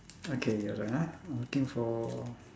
okay you hold on ah I'm looking for